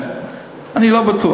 אני לא בטוח.